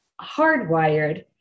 hardwired